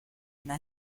una